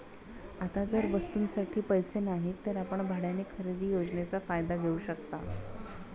आता जर वस्तूंसाठी पैसे नाहीत तर आपण भाड्याने खरेदी योजनेचा फायदा घेऊ शकता